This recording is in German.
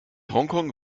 hongkong